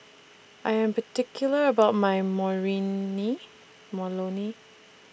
I Am particular about My